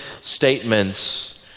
statements